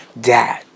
dad